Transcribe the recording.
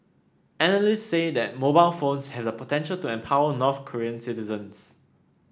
analysts say that mobile phones has the potential to empower North Korean citizens